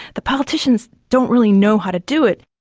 the politicians don't really know how to do it.